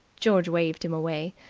george waved him away.